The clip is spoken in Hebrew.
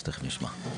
או שתכף נשמע.